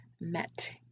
met